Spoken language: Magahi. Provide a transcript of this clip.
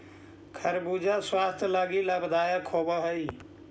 खरबूजा स्वास्थ्य लागी लाभदायक होब हई